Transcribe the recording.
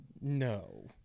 No